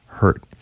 hurt